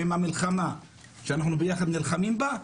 ועם מהמלחמה שאנחנו ביחד נלחמים בה,